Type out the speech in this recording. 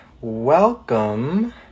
welcome